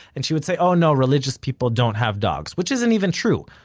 and she would say, oh no, religious people don't have dogs, which isn't even true,